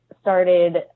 started